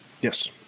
Yes